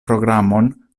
programon